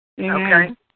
Okay